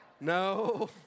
No